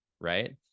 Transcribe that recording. right